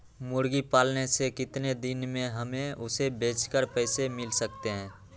मुर्गी पालने से कितने दिन में हमें उसे बेचकर पैसे मिल सकते हैं?